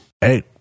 Hey